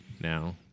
now